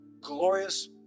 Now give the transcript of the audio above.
glorious